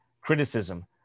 criticism